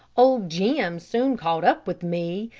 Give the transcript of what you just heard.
old jim soon caught up with me,